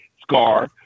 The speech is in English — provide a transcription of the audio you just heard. Scar